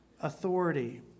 authority